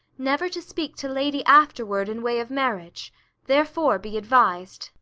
never to speak to lady afterward in way of marriage therefore be advis'd.